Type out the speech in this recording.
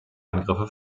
angriffe